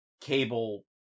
Cable